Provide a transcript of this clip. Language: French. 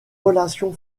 relation